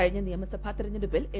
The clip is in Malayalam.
കഴിഞ്ഞ നിയമസഭാ തിരഞ്ഞെടുപ്പിൽ എൽ